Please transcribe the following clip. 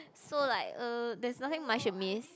so like uh that's nothing much to miss